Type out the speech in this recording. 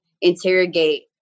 interrogate